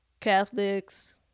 catholics